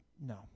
No